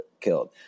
killed